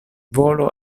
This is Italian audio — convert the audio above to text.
volo